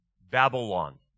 Babylon